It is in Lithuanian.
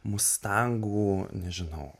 mustangų nežinau